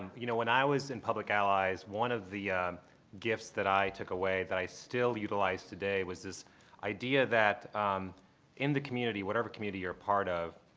you know, when i was in public allies, one of the gifts that i took away, that i still utilize today, was this idea that in the community, whatever community you're a part of,